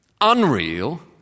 unreal